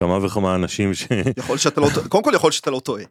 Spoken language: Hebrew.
כמה וכמה אנשים שיכול שאתה לא יכול קודם כל יכול שאתה לא טועה.